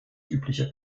übliche